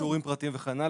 שיעורים פרטיים וכן הלאה,